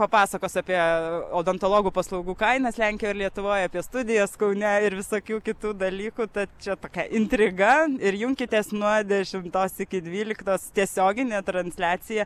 papasakos apie odontologų paslaugų kainas lenkijoj ir lietuvoj apie studijas kaune ir visokių kitų dalykų tad čia tokia intriga ir junkitės nuo dešimtos iki dvyliktos tiesioginė transliacija